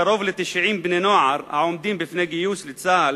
קרוב ל-90 בני נוער העומדים לפני גיוס לצה"ל